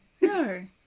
No